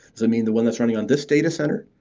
does it mean the one that's running on this datacenter?